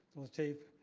lateef,